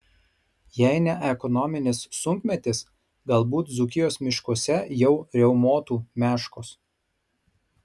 jei ne ekonominis sunkmetis galbūt dzūkijos miškuose jau riaumotų meškos